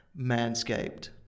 Manscaped